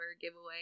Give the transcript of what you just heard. giveaway